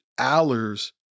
Allers